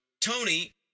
Tony